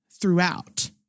throughout